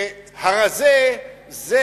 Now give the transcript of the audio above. שהרזה זה